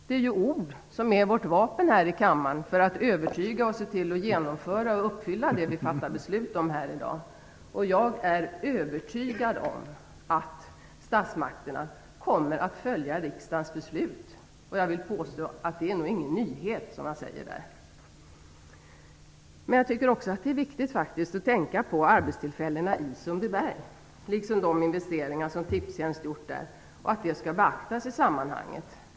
Det är ord som är vårt vapen här i kammaren för att övertyga och se till att genomföra och uppfylla det vi fattar beslut om här i dag. Jag är övertygad om att statsmakterna kommer att följa riksdagens beslut. Jag vill påstå att det inte är någon nyhet som här sägs. Jag tycker också att det är viktigt att tänka på arbetstillfällena i Sundbyberg liksom att de investeringar som Tipstjänst gjort där skall beaktas i sammanhanget.